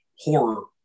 horror